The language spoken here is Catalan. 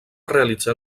realitzar